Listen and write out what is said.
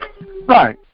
Right